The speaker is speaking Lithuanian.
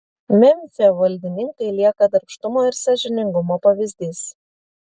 memfio valdininkai lieka darbštumo ir sąžiningumo pavyzdys